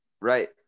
right